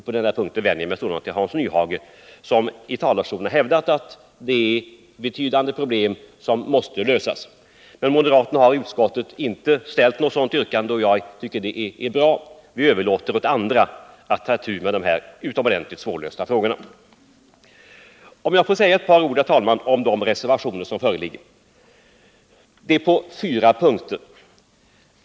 På den punkten vänder jag mig till Hans Nyhage, som i talarstolen har hävdat att det är betydande problem som måste lösas. Men moderaterna har i utskottet inte ställt något sådant yrkande, och jag tycker att det är bra. Vi överlåter åt andra att ta itu med dessa mycket svårlösta frågor. Jag vill säga några ord om de reservationer som föreligger och som gäller fyra punkter.